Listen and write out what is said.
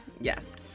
Yes